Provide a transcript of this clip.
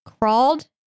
crawled